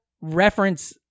reference